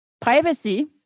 privacy